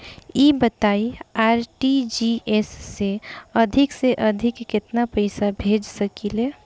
ई बताईं आर.टी.जी.एस से अधिक से अधिक केतना पइसा भेज सकिले?